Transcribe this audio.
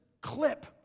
clip